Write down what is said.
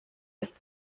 ist